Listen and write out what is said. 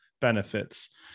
benefits